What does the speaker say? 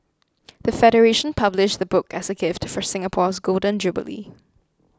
the federation published the book as a gift for Singapore's Golden Jubilee